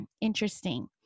interesting